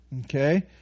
Okay